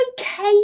okay